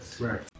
right